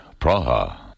Praha